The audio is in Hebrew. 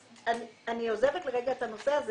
אני עוזבת לרגע את הנושא הזה,